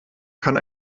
kann